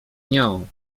nią